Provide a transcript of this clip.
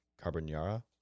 carbonara